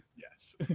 Yes